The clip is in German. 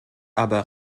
aber